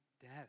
death